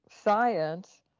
science